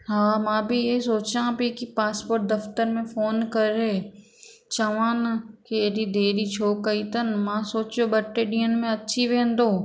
हा मां बि इहो सोचा पेई की पासपोट दफ़्तर में फ़ोन करे चवानि की हेॾी देरी छो कई अथनि मां सोचियो ॿ टे ॾींहंनि में अची वेंदो